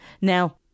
Now